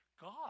God